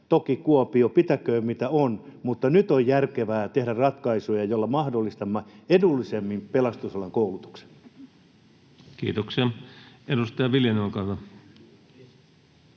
Toki Kuopio pitäköön sen, mitä on, mutta nyt on järkevää tehdä ratkaisuja, joilla mahdollistamme edullisemmin pelastusalan koulutuksen. Kiitoksia. — Edustaja Viljanen, olkaa hyvä.